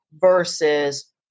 versus